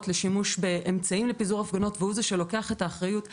לשימוש באמצעים לפיזור הפגנות והוא זה שלוקח את האחריות,